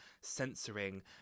censoring